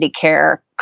care